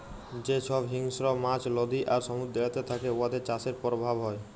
যে ছব হিংস্র মাছ লদী আর সমুদ্দুরেতে থ্যাকে উয়াদের চাষের পরভাব হ্যয়